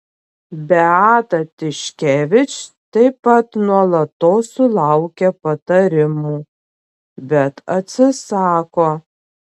beata tiškevič taip pat nuolatos sulaukia patarimų bet atsisako